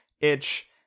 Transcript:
Itch